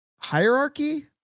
hierarchy